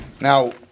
Now